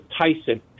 Tyson